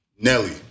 Nelly